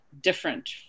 different